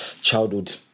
childhood